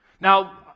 Now